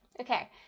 Okay